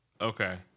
Okay